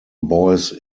boys